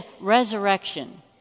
resurrection